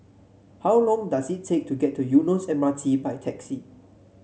how long does it take to get to Eunos M R T by taxi